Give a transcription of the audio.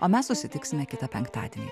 o mes susitiksime kitą penktadienį